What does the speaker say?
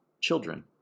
children